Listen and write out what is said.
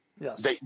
Yes